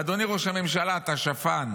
אדוני ראש הממשלה, אתה שפן.